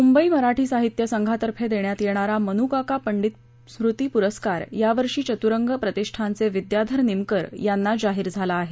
मुंबई मराठी साहित्य संघातर्फे देण्यात येणारा मनुकाका पंडीत स्मृती पुरस्कार यावर्षी चतुरंग प्रतिष्ठानचे विद्याधर निमकर यांना जाहीर झाला आहे